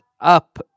up